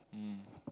mm